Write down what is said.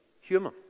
human